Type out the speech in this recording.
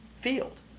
field